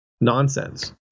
nonsense